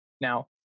Now